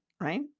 right